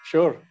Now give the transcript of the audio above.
Sure